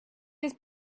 his